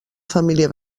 família